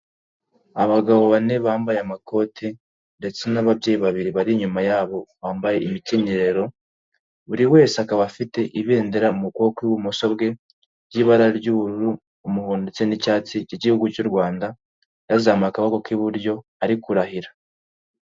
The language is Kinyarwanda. Abagabo bane bambaye amakoti, ndetse n'ababyeyi babiri bari inyuma yabo, bambaye imikenyero, buri wese akaba afite ibendera mu kuboko ku ibumoso kwe bw'ibara ry'ubururu umuhon ndetse n'icyatsi cy'igihugu cy'u Rwanda, yazamuye akaboko k'iburyo ari kurahira.